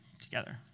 together